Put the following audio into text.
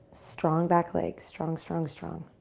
strong back leg, strong, strong, strong.